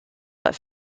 but